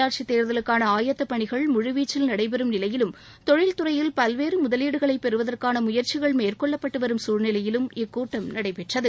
உள்ளாட்சித் தேர்தலுக்னன ஆயத்தப் பணிகள் முழுவீச்சில் நடைபெறும் நிலையிலும் தொழில்துறையில் பல்வேறு முதலீடுகளை பெறுவதற்கான முயற்சிகள் மேற்னெள்ளப்பட்டுவரும் சூழ்நிலையிலும் இக்கூட்டம் நடைபெற்றது